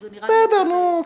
בסדר, נו.